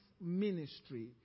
ministry